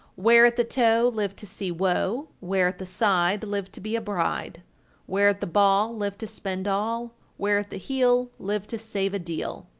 wear at the toe, live to see woe wear at the side, live to be a bride wear at the ball, live to spend all wear at the heel, live to save a deal.